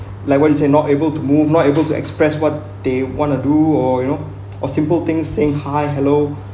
like what you said not able to move not able to express what they want to do or you know or simple things saying hi hello